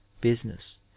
business